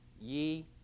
ye